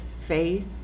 faith